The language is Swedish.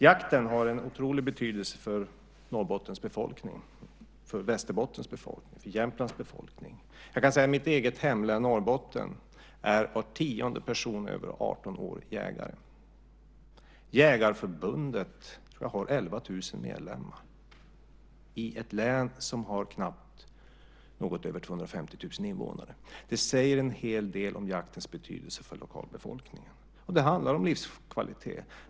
Jakten har en otrolig betydelse för Norrbottens befolkning, för Västerbottens befolkning och för Jämtlands befolkning. I mitt eget hemlän Norrbotten är var tionde person över 18 år jägare. Jag tror att Jägareförbundet har 11 000 medlemmar - i ett län som har något över 250 000 invånare. Det säger en hel del om jaktens betydelse för lokalbefolkningen. Det handlar om livskvalitet.